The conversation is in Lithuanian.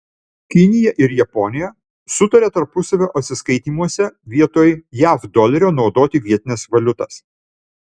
kinija ir japonija sutarė tarpusavio atsiskaitymuose vietoj jav dolerio naudoti vietines valiutas